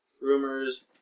rumors